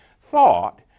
thought